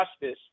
justice